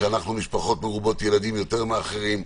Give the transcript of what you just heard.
שאנו משפחות מרובות ילדים יותר מאחרים.